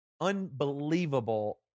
unbelievable